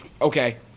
Okay